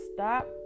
stop